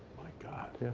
my god.